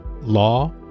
law